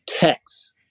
text